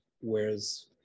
whereas